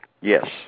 Yes